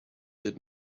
did